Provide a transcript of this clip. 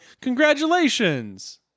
Congratulations